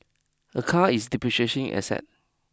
a car is depreciation asset